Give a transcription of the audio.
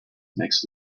mixed